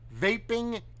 Vaping